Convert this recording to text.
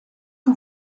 que